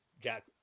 Jack